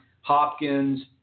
Hopkins